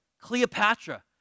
Cleopatra